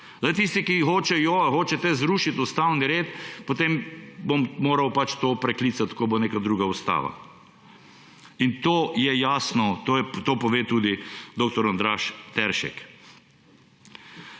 Tisti, ki hočejo ali hočete zrušiti ustavni red, potem bom moral pač to preklicati, ko bo neka druga ustava. In to je jasno, to pove tudi dr. Andraž Teršek.